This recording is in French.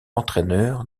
entraîneur